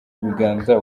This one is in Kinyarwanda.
ibiganza